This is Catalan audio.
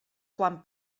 quan